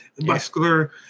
Muscular